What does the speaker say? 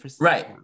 Right